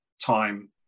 time